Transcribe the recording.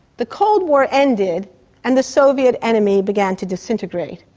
the cold war ended and the soviet enemy began to disintegrate.